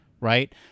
right